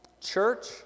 Church